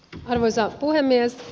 arvoisa puhemies